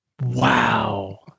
Wow